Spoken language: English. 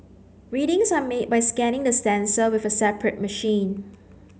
readings are made by scanning the sensor with a separate machine